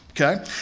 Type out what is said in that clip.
Okay